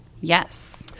Yes